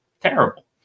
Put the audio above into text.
terrible